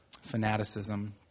fanaticism